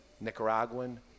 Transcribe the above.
Nicaraguan